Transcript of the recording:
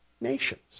nations